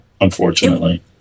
Unfortunately